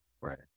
Right